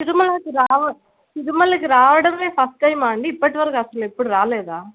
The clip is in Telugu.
తిరుమలకు రావ తిరుమలకి రావడం ఫస్ట్ టైమా అండి ఇప్పటి వరకు అసలు ఎప్పుడు రాలేదా